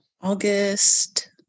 August